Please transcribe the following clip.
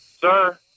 Sir